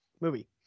movie